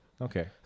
Okay